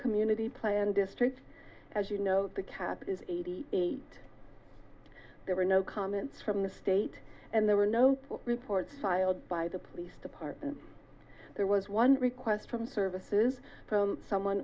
community play and districts as you note the cap is eighty eight there were no comments from the state and there were no pool reports filed by the police department there was one request from services for someone